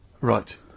Right